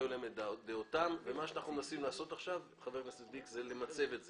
היו להם את הדעות שלהם ומה שאנחנו מנסים לעשות עכשיו זה למצב את זה.